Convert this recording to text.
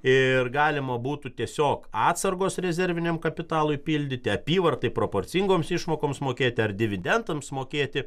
ir galima būtų tiesiog atsargos rezerviniam kapitalui pildyti apyvartai proporcingoms išmokoms mokėti ar dividendams mokėti